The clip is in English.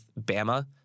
Bama